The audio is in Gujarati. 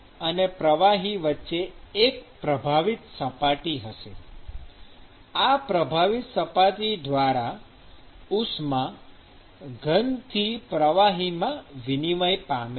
ઘન અને પ્રવાહી વચ્ચે એક પ્રભાવિત સપાટી હશે અને આ પ્રભાવિત સપાટી દ્વારા ઉષ્મા ઘનથી પ્રવાહીમાં વિનિમય પામે છે